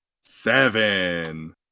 Seven